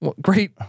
great